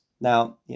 Now